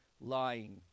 lying